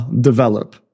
develop